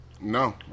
no